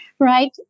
right